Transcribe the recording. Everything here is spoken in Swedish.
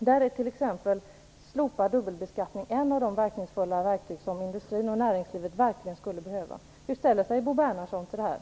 Där är t.ex. slopad dubbelbeskattning ett av de verkningsfulla verktyg som industrin och näringslivet verkligen skulle behöva.